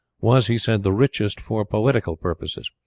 was, he said, the richest for poetical purposes.